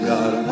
God